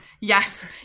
Yes